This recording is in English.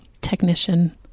technician